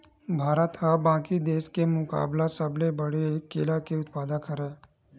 भारत हा बाकि देस के मुकाबला सबले बड़े केला के उत्पादक हरे